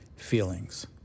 feelings